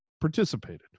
participated